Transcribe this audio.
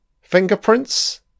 Fingerprints